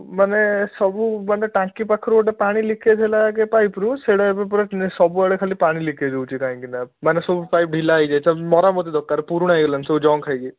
ମାନେ ସବୁ ମାନେ ଟାଙ୍କି ପାଖରୁ ଗୋଟେ ପାଣି ଲିକେଜ୍ ହେଲା ଆଗେ ପାଇପ୍ରୁ ସେଇଟା ଏବେ ପୁରା ସବୁବେଳେ ଖାଲି ପାଣି ଲିକେଜ୍ ହେଉଛି କାହିଁକି ନା ମାନେ ସବୁ ପାଇପ୍ ଢ଼ିଲା ହେଇଯାଇଛି ମରାମତି ଦରକାର ପୁରୁଣା ହେଇଗଲାଣି ସବୁ ଜଙ୍କ୍ ଖାଇକି